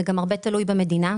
זה הרבה תלוי בממשלה,